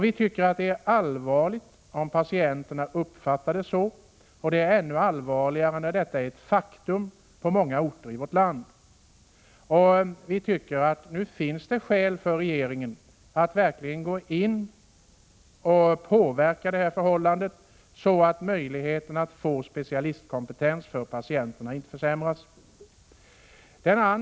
Vi tycker det är allvarligt om patienterna uppfattar det så, och ännu allvarligare är det när försämringen är ett faktum på många orter i vårt land. Det finns därför skäl för regeringen att verkligen påverka detta förhållande så att möjligheten för patienterna att få specialistkompetens inte försämras.